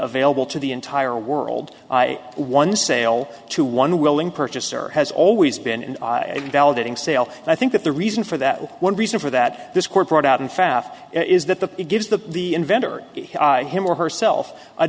available to the entire world one sale to one willing purchaser has always been a validating sale and i think that the reason for that one reason for that this court brought out in fast is that the it gives the the inventor him or herself a